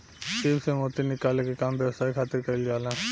सीप से मोती निकाले के काम व्यवसाय खातिर कईल जाला